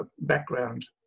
background